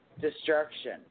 destruction